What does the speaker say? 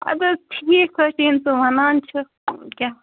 اَدٕ حظ ٹھیٖک حظ چھُ ییٚلہِ ژٕ وَنان چھَکھ کیٛاہ